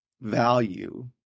value